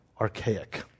archaic